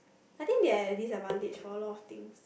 I think they're at a disadvantage for a lot of things